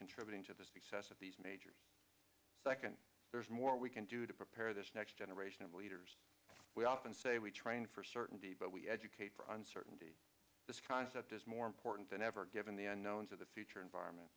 contributing to this the sestet these majors second there's more we can do to prepare this next generation of leaders we often say we train for certainty but we educate for uncertainty this concept is more important than ever given the unknowns of the future environment